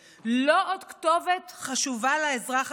לא עוד כתובת חשובה לאזרח הפשוט